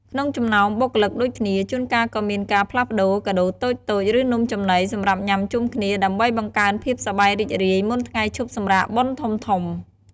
ក្នុងចំណោមបុគ្គលិកដូចគ្នា ជួនកាលក៏មានការផ្លាស់ប្ដូរ កាដូរតូចៗ ឬ នំចំណី សម្រាប់ញ៉ាំជុំគ្នា ដើម្បីបង្កើនភាពសប្បាយរីករាយមុនថ្ងៃឈប់សម្រាកបុណ្យធំៗ។